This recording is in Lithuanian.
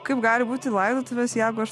kaip gali būti laidotuvės jeigu aš